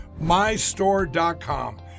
mystore.com